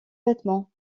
vêtements